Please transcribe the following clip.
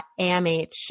AMH